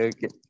Okay